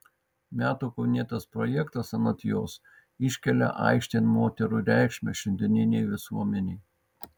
metų kaunietės projektas anot jos iškelia aikštėn moterų reikšmę šiandieninei visuomenei